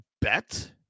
bet